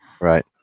Right